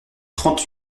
trente